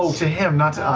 to him, not